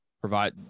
provide